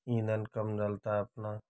ईंधन कम जलता है अपना